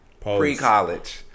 pre-college